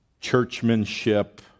churchmanship